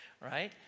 right